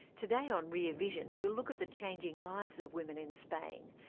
today on rear vision, we'll look at the changing lives of women in spain,